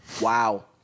Wow